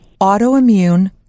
autoimmune